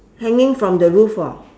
hanging from the roof orh